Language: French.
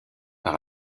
par